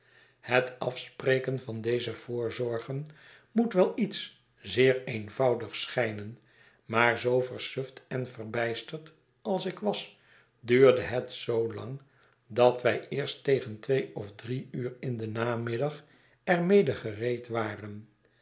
het afspreken van deze voorzorgen moet wel iets zeer eenvoudigs schijnen maar zoo versuft en verbijsterd als ik was duurde het zoolang dat wij eerst tegen twee of drie uur in den namiddag er mede gereed waren